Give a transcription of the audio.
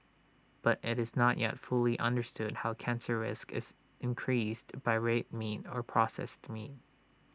but IT is not yet fully understood how cancer risk is increased by red meat or processed meat